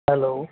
hello